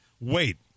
Wait